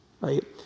right